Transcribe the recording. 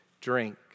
drink